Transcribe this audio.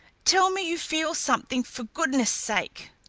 tell me you feel something, for goodness' sake!